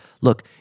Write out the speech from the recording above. Look